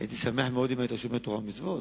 הייתי שמח מאוד אם היית שומר תורה ומצוות,